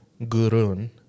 Gurun